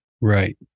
Right